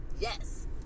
Yes